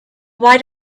why